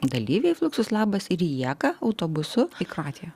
dalyviais fluxus labas į rijeką autobusu į kroatiją